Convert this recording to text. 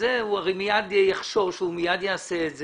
הוא הרי מיד יחשוש והוא מיד יעשה את זה.